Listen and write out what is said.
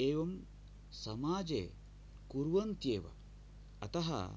एवं समाजे कुर्वन्त्येव अतः